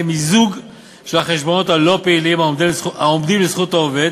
מיזוג של החשבונות הלא-פעילים העומדים לזכות העובד